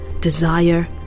Desire